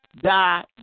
die